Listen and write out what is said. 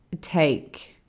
take